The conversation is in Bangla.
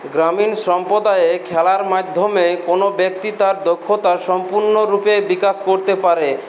গ্রামীণ সম্প্রদায়ে খেলার মাধ্যমে কোনো ব্যক্তি তার দক্ষতা সম্পূর্ণরূপে বিকাশ করতে পারে